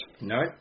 No